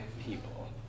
people